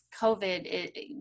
COVID